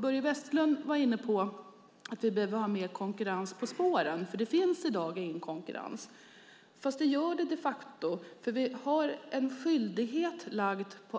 Börje Vestlund var inne på behovet av mer konkurrens på spåren och på att det i dag inte finns någon konkurrens. Men de facto är det så.